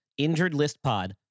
InjuredListPod